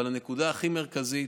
אבל הנקודה הכי מרכזית,